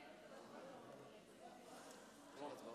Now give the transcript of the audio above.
רק מזכירה: לאחר